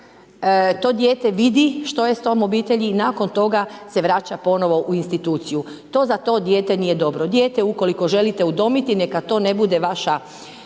to dijete vidi što je s tom obitelji i nakon toga se vraća ponovo u instituciju. To za to dijete nije dobro, dijete ukoliko želite udomiti, neka to ne bude vaša,